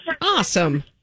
Awesome